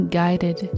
guided